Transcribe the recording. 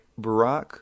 Barack